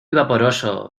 vaporoso